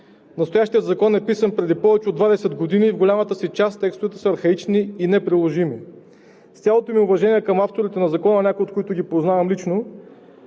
Настоящият закон е писан преди повече от 20 години и в голямата си част текстовете са архаични и неприложими. С цялото ми уважение към авторите на Закона, някои от които ги познавам лично,